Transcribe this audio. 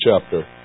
chapter